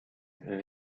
and